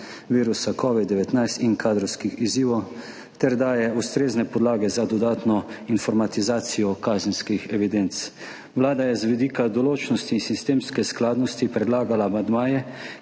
virusa covid-19 in kadrovskih izzivov, ter daje ustrezne podlage za dodatno informatizacijo kazenskih evidenc. Vlada je z vidika določnosti in sistemske skladnosti predlagala amandmaje,